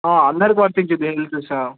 అందరికి వర్థంచుద్ధి పిల్లలతో సహా